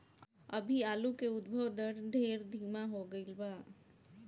अभी आलू के उद्भव दर ढेर धीमा हो गईल बा